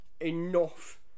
enough